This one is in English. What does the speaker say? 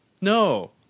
No